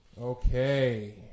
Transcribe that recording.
Okay